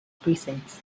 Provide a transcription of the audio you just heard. precincts